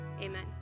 amen